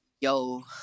yo